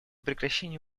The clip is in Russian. прекращение